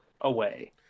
away